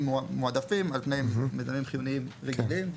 מועדפים על פני מיזמים חיוניים רגילים.